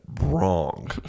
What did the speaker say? Wrong